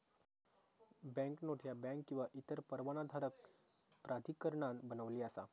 banknote ह्या bank किंवा इतर परवानाधारक प्राधिकरणान बनविली असा